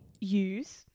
use